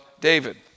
David